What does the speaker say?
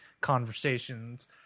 conversations